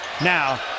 Now